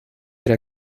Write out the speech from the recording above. era